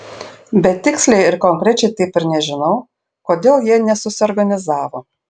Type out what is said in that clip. bet tiksliai ir konkrečiai taip ir nežinau kodėl jie nesusiorganizavo